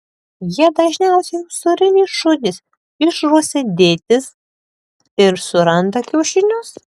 jie dažniausiai usūriniai šunys išrausia dėtis ir suranda kiaušinius